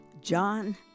John